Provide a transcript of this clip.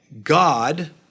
God